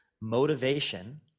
motivation